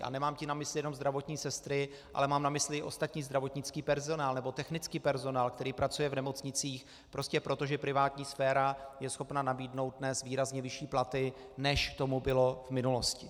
A nemám tím na mysli jenom zdravotní sestry, ale mám na mysli i ostatní zdravotnický personál nebo technický personál, který pracuje v nemocnicích, prostě proto, že privátní sféra je schopná nabídnout dnes výrazně vyšší platy, než tomu bylo v minulosti.